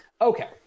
okay